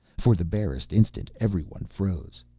for the barest instant everyone froze.